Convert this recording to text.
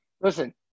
Listen